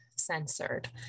censored